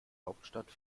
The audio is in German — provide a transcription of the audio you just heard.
hauptstadt